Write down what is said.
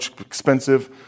expensive